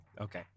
okay